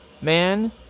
Man